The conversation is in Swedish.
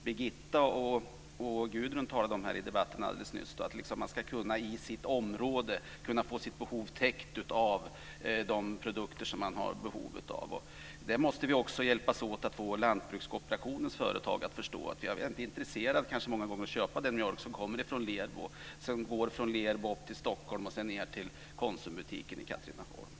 Birgitta och Gudrun talade också nyss här i debatten om att man i sitt område ska kunna få sitt behov av produkter täckt. Vi måste också hjälpas åt att få lantbrukskooperationens företag att förstå att man kanske inte är intresserad av att köpa den mjölk som kommer från Lerbo, som går från Lerbo upp till Stockholm och sedan ned till Konsumbutiken i Katrineholm.